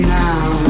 now